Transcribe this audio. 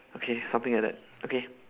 okay something like that okay